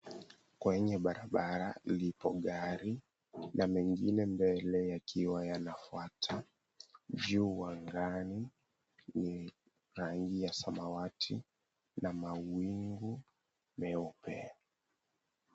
Kwenye barabara, lipo gari na mengine mbele yakiwa yanafuata. Juu angani ni rangi ya samawati na mawingu meupe.